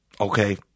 Okay